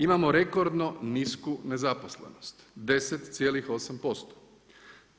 Imamo rekordno nisku nezaposlenost 10,8%